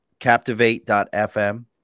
captivate.fm